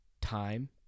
time